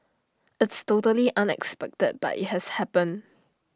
it's totally unexpected but IT has happened